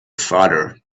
father